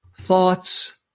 thoughts